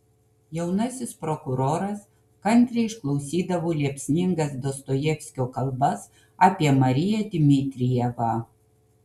jaunasis prokuroras kantriai išklausydavo liepsningas dostojevskio kalbas apie mariją dmitrijevą